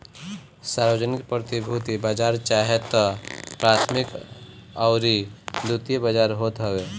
सार्वजानिक प्रतिभूति बाजार चाहे तअ प्राथमिक अउरी द्वितीयक बाजार होत हवे